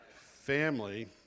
Family